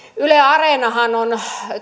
yle areenahan on